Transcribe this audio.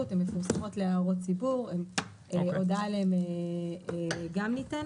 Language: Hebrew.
והן מפורסמות להערות ציבור והודעה עליהן גם ניתנת.